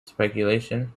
speculation